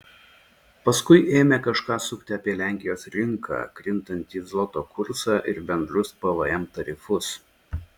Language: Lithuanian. paskui ėmė kažką sukti apie lenkijos rinką krintantį zloto kursą ir bendrus pvm tarifus